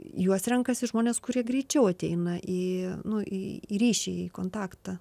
juos renkasi žmonės kurie greičiau ateina į nu į ryšį kontaktą